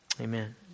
Amen